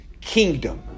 kingdom